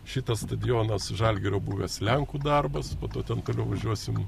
šitas stadionas žalgirio buvęs lenkų darbas po to ten pravažiuosim